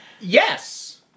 Yes